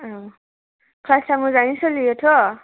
क्लासआ मोजाङैनो सोलियोथ'